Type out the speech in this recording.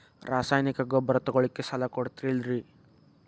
ರಾಸಾಯನಿಕ ಗೊಬ್ಬರ ತಗೊಳ್ಳಿಕ್ಕೆ ಸಾಲ ಕೊಡ್ತೇರಲ್ರೇ?